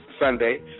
Sunday